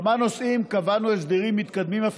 בכמה נושאים קבענו הסדרים מתקדמים אף